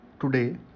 today